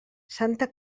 santa